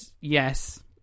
yes